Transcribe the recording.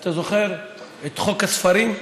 אתה זוכר את חוק הספרים,